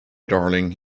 darling